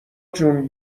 جون